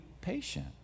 patient